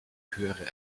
höhere